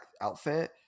outfit